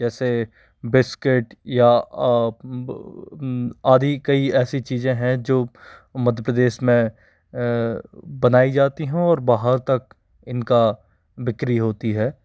जैसे बिस्किट या आदि कई ऐसी चीज़ें है जो मध्य प्रदेश में बनाई जाती हैं और बाहर तक इनका बिक्री होती है